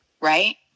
right